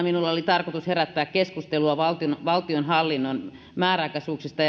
minulla oli tarkoitus herättää keskustelua nimenomaan valtionhallinnon määräaikaisuuksista